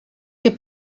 que